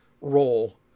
role